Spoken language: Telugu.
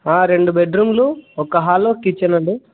రెండు బెడ్రూమ్లు ఒక హాల్ ఒక కిచెన్ అండి